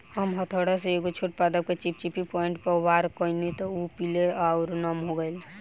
हम हथौड़ा से एगो छोट पादप के चिपचिपी पॉइंट पर वार कैनी त उ पीले आउर नम हो गईल